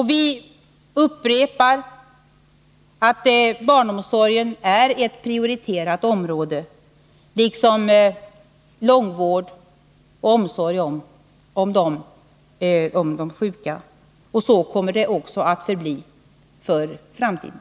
Jag upprepar att barnomsorgen, i likhet med långvården och omsorgen om de sjuka, är ett prioriterat område. Så kommer det att förbli också i framtiden.